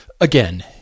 again